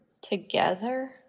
together